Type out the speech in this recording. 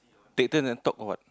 take turn and talk what